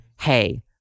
hey